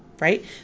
Right